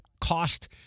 cost